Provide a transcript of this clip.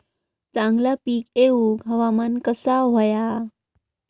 चांगला पीक येऊक हवामान कसा होया?